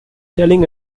telling